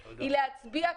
הוא להצביע,